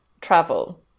travel